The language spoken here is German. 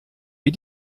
wie